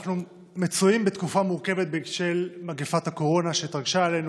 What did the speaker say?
אנחנו מצויים בתקופה מורכבת של מגפת הקורונה שהתרגשה עלינו.